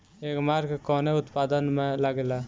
एगमार्क कवने उत्पाद मैं लगेला?